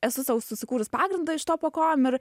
esu sau susikūrus pagrindą iš to po kojom ir